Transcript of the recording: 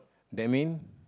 that mean